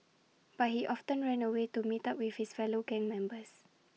but he often ran away to meet up with his fellow gang members